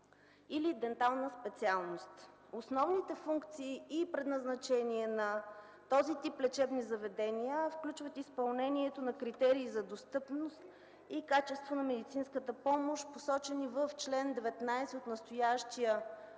или дентална специалност. Основните функции и предназначение на този тип лечебни заведения включват изпълнението на критерии за достъпност и качество на медицинската помощ, посочени в чл. 19 от настоящия